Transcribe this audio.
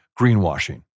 greenwashing